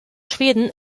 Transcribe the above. schweden